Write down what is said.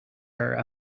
are